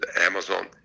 Amazon